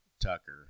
Tucker